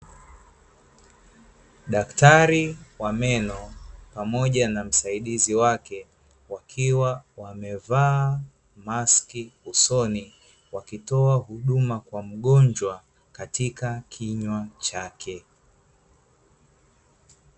Daktari wa meno pamoja na msaidizi wake, wakiwa wamevaa barakoa usoni wakitoa huduma kwa mgonjwa katika kinywa chake.